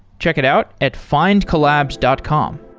check it out at findcollabs dot com